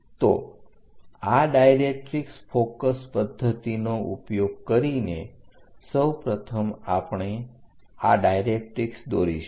તો આ directrix focus પદ્ધતિનો ઉપયોગ કરીને સૌપ્રથમ આપણે આ ડાઇરેક્ટરીક્ષ દોરીશું